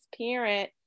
parent